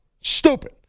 Stupid